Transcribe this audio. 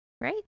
right